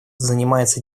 занимается